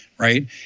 Right